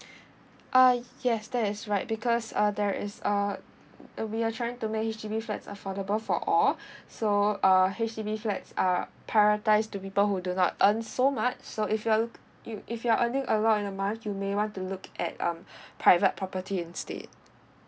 uh yes that is right because uh there is uh uh we are trying to make H_D_B flats affordable for all so err H_D_B flats are prioritised to people who do not earn so much so if you're look you if you're earning a lot on a month you may want to look at um private property instead